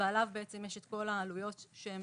ועליו יש את כל העלויות שהן